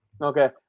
Okay